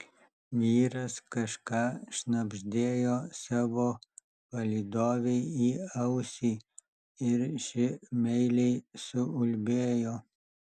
vyras kažką šnabždėjo savo palydovei į ausį ir ši meiliai suulbėjo